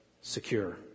secure